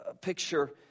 picture